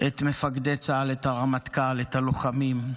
את מפקדי צה"ל, את הרמטכ"ל, את הלוחמים,